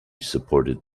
supported